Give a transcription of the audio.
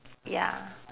ya